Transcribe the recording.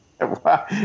Wow